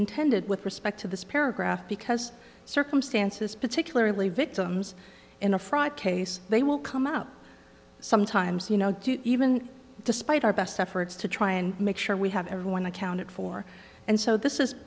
intended with respect to this paragraph because circumstances particularly victims in a fraud case they will come up sometimes you know even despite our best efforts to try and make sure we have everyone accounted for and so this is